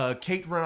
Kate